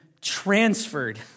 transferred